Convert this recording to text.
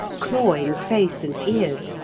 clawing face and ears,